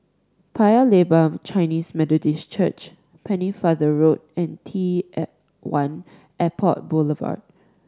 Paya Lebar Chinese Methodist Church Pennefather Road and T L One Airport Boulevard